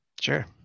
Sure